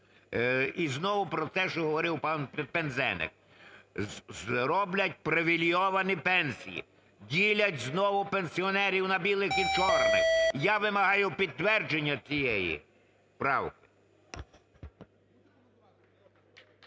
І знову про те, що говорив пан Пинзеник: роблять привілейовані пенсії, ділять знову пенсіонерів на білих і чорних. Я вимагаю підтвердження цієї правки